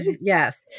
Yes